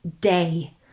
day